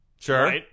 Sure